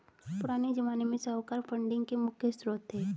पुराने ज़माने में साहूकार फंडिंग के मुख्य श्रोत थे